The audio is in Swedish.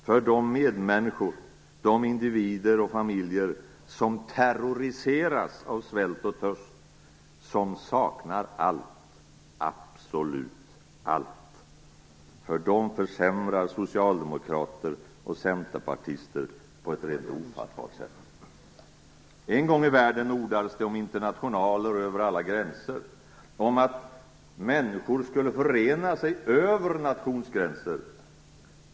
För de medmänniskor, de individer och familjer som terroriseras av svält och törst och som saknar allt, absolut allt, försämrar socialdemokrater och centerpartister på ett rent ofattbart sätt. En gång i världen ordades det om internationaler över alla gränser, om att människor skulle förena sig över nationsgränser.